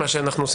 מה שאנחנו עושים